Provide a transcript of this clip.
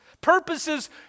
Purposes